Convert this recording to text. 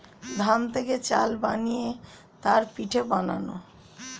ধান থেকে চাল বানিয়ে তার পিঠে বানায়